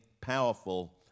powerful